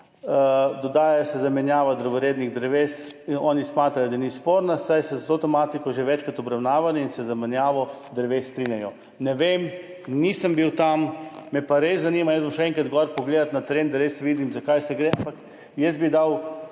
dodaja se zamenjava drevorednih dreves. Oni smatrajo, da ni sporna, saj so to tematiko že večkrat obravnavali in se z menjavo dreves strinjajo. Ne vem, nisem bil tam, me pa res zanima. Jaz bom šel enkrat gor pogledat na teren, da res vidim, za kaj gre, ampak jaz bi dal